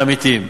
מעמיתים.